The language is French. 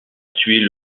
tuer